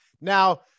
Now